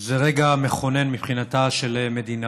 זה רגע מכונן מבחינתה של מדינה.